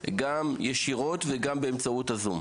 גם ישירות וגם באמצעות הזום.